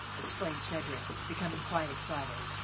explained cedric, becoming quite excited.